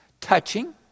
touching